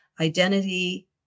identity